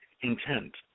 intent